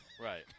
right